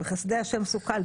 בחסדי השם סוכל.